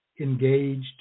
Engaged